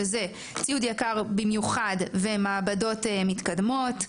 שהם ציוד יקר במיוחד ומעבדות מתקדמות,